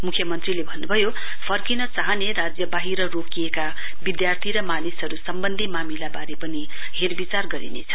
मुख्यमन्त्रीले भन्नुभयो फर्किने चाहने राज्य वाहिर रोकिएका विधार्थी र मानिसहरु सम्वन्धी मामिलावारे पनि हेरविचार गरिनेछ